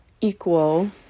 equal